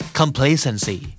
complacency